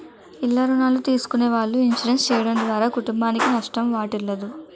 ఇల్ల రుణాలు తీసుకునే వాళ్ళు ఇన్సూరెన్స్ చేయడం ద్వారా కుటుంబానికి నష్టం వాటిల్లదు